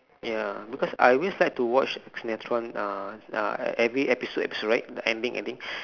ya because I always like to watch sinetron uh uh every episode's right the ending ending